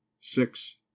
six